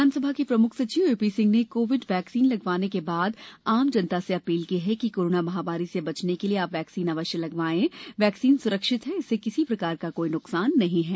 विधानसभा के प्रमुख सचिव एपी सिंह ने कोविड वैक्सीन लगवाने के बाद आम जनता से अपील की है कि कोरोना महामारी से बचने के लिये आप वैक्सीन अवश्य लगवाएं वैक्सीन सुरक्षित है इससे किसी भी प्रकार का कोई नुकसान नहीं है